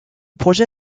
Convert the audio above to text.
projet